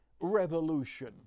revolution